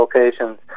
locations